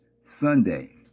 Sunday